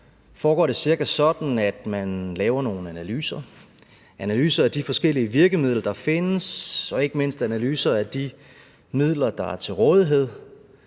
foregår det cirka sådan, at man laver nogle analyser af de forskellige virkemidler, der findes, og ikke mindst analyser af de midler, der er til rådighed.